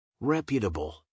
Reputable